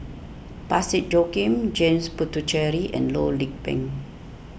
Parsick Joaquim James Puthucheary and Loh Lik Peng